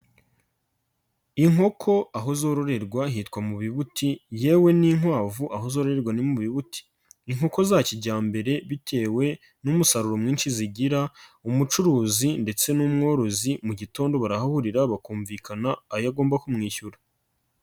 Inkoko aho zororerwa hitwa mu bibuti yewe n'inkwavu aho zororerwa ni mu bibuti, inkoko za kijyambere bitewe n'umusaruro mwinshi zigira, umucuruzi ndetse n'umworozi mu gitondo barahurira bakumvikana ayo agomba kumwishyura.